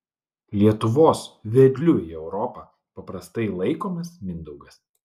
lietuvos vedliu į europą paprastai laikomas mindaugas